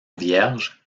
vierge